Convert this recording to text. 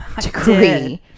degree